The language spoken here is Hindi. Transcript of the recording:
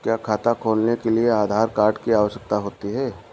क्या खाता खोलने के लिए आधार कार्ड की आवश्यकता होती है?